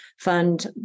fund